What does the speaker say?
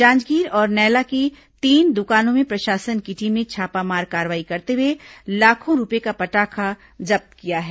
जांजगीर और नैला की तीन दुकानों में प्रशासन की टीम ने छापामार कार्रवाई करते हुए लाखों रूपये का फटाखा जब्त किया है